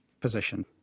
position